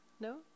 No